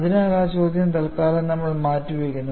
അതിനാൽ ആ ചോദ്യം തൽക്കാലം നമ്മൾ മാറ്റിവയ്ക്കുന്നു